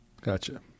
Gotcha